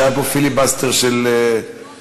שהיה פה פיליבסטר של שעות.